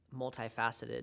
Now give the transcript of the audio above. multifaceted